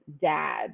dad